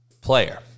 player